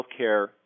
healthcare